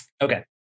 Okay